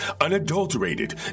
unadulterated